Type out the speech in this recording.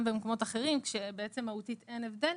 במקומות אחרים כשבעצם מהותית אין הבדל.